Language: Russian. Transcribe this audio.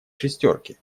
шестерки